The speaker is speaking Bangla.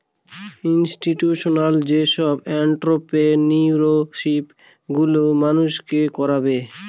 ইনস্টিটিউশনাল যেসব এন্ট্ররপ্রেনিউরশিপ গুলো মানুষকে করাবে